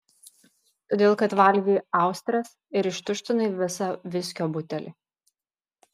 todėl kad valgei austres ir ištuštinai visą viskio butelį